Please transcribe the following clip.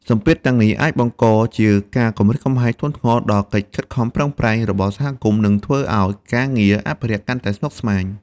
សម្ពាធទាំងនេះអាចបង្កជាការគំរាមកំហែងធ្ងន់ធ្ងរដល់កិច្ចខិតខំប្រឹងប្រែងរបស់សហគមន៍ និងធ្វើឱ្យការងារអភិរក្សកាន់តែស្មុគស្មាញ។